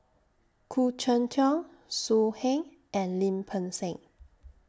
Khoo Cheng Tiong So Heng and Lim Peng Siang